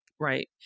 right